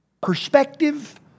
perspective